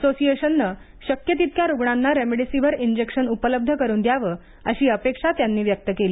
असोसिएशनने शक्य तितक्या रुग्णांना रेमडेसिवीर इंजेक्शन उपलब्ध करून द्यावे अशी अपेक्षा त्यांनी व्यक्त केली